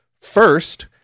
First